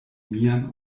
mian